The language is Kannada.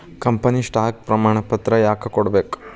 ಕಂಪನಿ ಸ್ಟಾಕ್ ಪ್ರಮಾಣಪತ್ರ ಯಾಕ ಕೊಡ್ಬೇಕ್